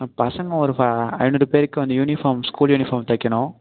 ma'am பசங்க ஒரு ஐநூறு பேருக்கு வந்து யூனிஃபார்ம் ஸ்கூல் யூனிஃபார்ம் தைக்கணும்